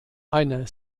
einer